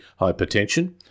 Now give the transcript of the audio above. hypertension